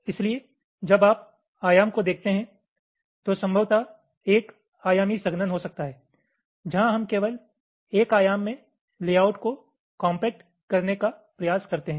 इसलिए जब आप आयाम को देखते हैं तो संभवत 1 आयामी संघनन हो सकता है जहां हम केवल 1 आयाम में लेआउट को कॉम्पैक्ट करने का प्रयास करते हैं